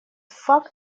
факт